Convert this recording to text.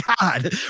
God